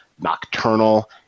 nocturnal